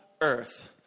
earth